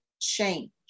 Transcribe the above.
change